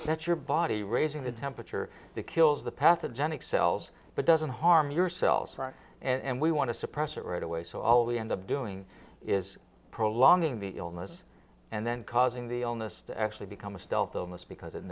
that your body raising the temperature that kills the pathogenic cells but doesn't harm yourself and we want to suppress it right away so all the end up doing is prolonging the illness and then causing the allness to actually become a stealth illness because it